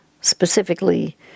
specifically